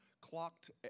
clocked